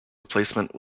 replacement